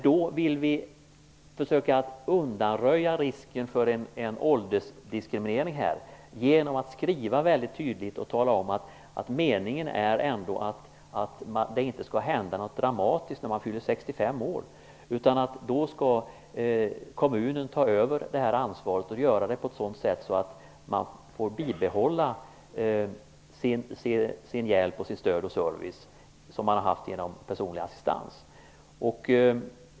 Vi vill försöka undanröja risken för en åldersdiskriminering här genom att i en tydlig skrivning tala om att meningen ändå är att inget dramatiskt kommer att hända när man fyller 65 år. Då skall kommunen ta över ansvaret, och det skall göras på ett sådant sätt att man får behålla det stöd, den hjälp och den service som man haft genom personlig assistans.